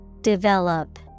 Develop